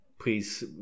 please